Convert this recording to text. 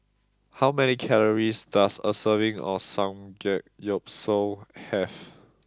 how many calories does a serving of Samgeyopsal have